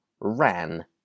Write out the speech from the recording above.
ran